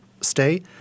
stay